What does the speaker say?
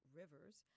rivers